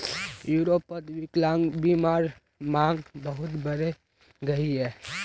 यूरोपोत विक्लान्ग्बीमार मांग बहुत बढ़े गहिये